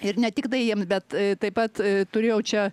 ir ne tiktai jiems bet taip pat turėjau čia